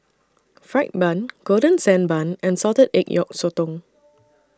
Fried Bun Golden Sand Bun and Salted Egg Yolk Sotong